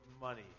money